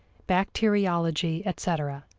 bacteriology, etc.